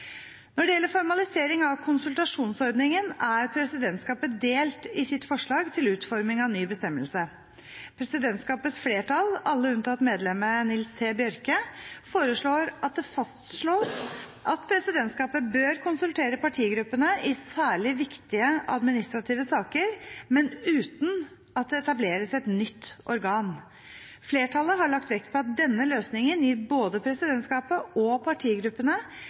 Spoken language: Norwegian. Når det gjelder formalisering av konsultasjonsordningen, er presidentskapet delt i sitt forslag til utforming av ny bestemmelse. Presidentskapets flertall, alle unntatt medlemmet Nils T. Bjørke, foreslår at det fastslås at presidentskapet bør konsultere partigruppene i særlig viktige administrative saker, men uten at det etableres et nytt organ. Flertallet har lagt vekt på at denne løsningen gir både presidentskapet og partigruppene